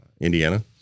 Indiana